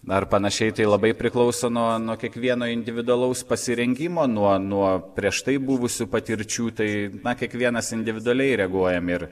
na ir panašiai tai labai priklauso nuo nuo kiekvieno individualaus pasirengimo nuo nuo prieš tai buvusių patirčių tai na kiekvienas individualiai reaguojam ir